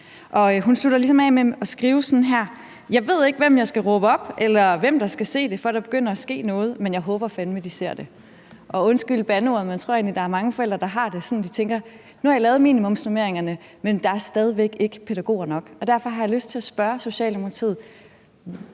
hun slutter ligesom af med at skrive sådan her: Jeg ved ikke, hvem jeg skal råbe op, eller hvem der skal se det, før der begynder at ske noget, men jeg håber fandeme, at de ser det. Og undskyld bandeordet, men jeg tror egentlig, der er mange forældre, der har det sådan, at de tænker: Nu har I lavet minimumsnormeringerne, men der er stadig væk ikke pædagoger nok. Derfor har jeg lyst til at spørge Socialdemokratiet: